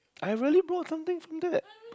I really brought something from that